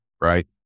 right